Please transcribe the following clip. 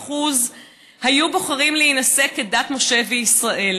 מ-80% היו בוחרים להינשא כדת משה וישראל.